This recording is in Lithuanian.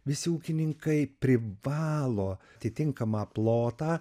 visi ūkininkai privalo atitinkamą plotą